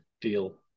deal